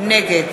נגד